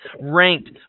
ranked